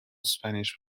spanish